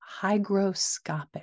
hygroscopic